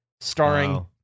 starring